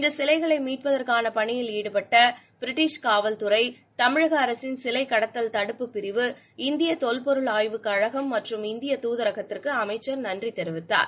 இந்த சிலைகளை மீட்டெடுப்பதற்கான பணியில் ஈடுபட்ட பிரிட்டிஷ் காவல் துறை தமிழக அரசின் சிலை கடத்தல் தடுப்பு பிரிவு இந்திய தொல்பொருள் ஆய்வுக் கழகம் மற்றும் இந்திய தூதரகத்திற்கு அமைச்சர் நன்றி தெரிவித்தார்